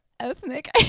Ethnic